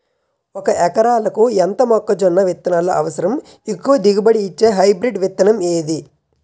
ఒక ఎకరాలకు ఎంత మొక్కజొన్న విత్తనాలు అవసరం? ఎక్కువ దిగుబడి ఇచ్చే హైబ్రిడ్ విత్తనం ఏది?